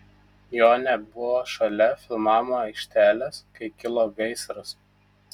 jo nebuvo šalia filmavimo aikštelės kai kilo gaisras